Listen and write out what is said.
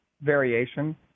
variation